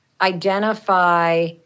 identify